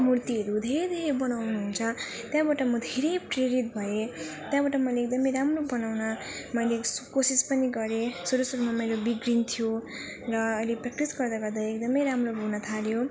मूर्तिहरू धेरै धेरै बनाउनु हुन्छ त्यहाँबाट म धेरै प्रेरित भएँ त्यहाँबाट मैले एकदम राम्रो बनाउन मैले कोसिस पनि गरेँ सुरु सुरुमा मैले बिग्रिन्थ्यो र अहिले प्र्याक्टिस गर्दा गर्दा एकदम राम्रो हुन थाल्यो